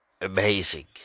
amazing